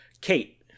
Kate